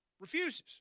Refuses